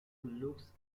looks